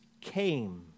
came